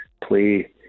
play